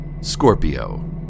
Scorpio